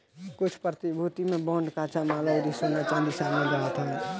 कुछ प्रतिभूति में बांड कच्चा माल अउरी सोना चांदी शामिल रहत हवे